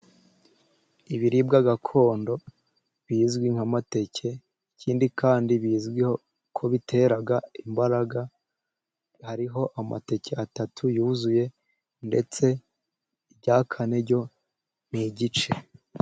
Ibiribwa gakondo bizwi nk'amateke, ikindi kandi bizwiho ko bitera imbaraga. Hariho amateke atatu yuzuye ndetse iryakane ryo ni igice.